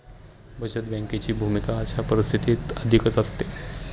बचत बँकेची भूमिका अशा परिस्थितीत अधिकच वाढते